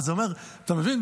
אתה מבין?